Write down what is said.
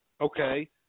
Okay